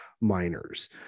miners